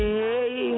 hey